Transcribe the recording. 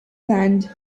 land